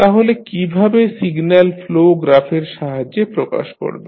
তাহলে কীভাবে signal flow গ্রাফের সাহায্যে প্রকাশ করবেন